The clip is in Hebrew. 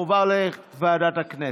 מועבר לוועדת הכנסת.